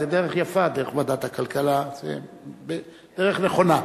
זאת דרך יפה דרך ועדת הכלכלה, זאת דרך נכונה.